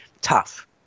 tough